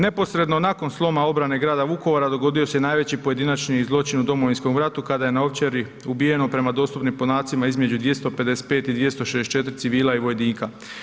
Neposredno nakon sloma obrane grada Vukovara, dogodio se i najveći pojedinačni zločin u Domovinskom ratu kada je na Ovčari ubijeno prema dostupnim podacima između 255 i 264 civila i vojnika.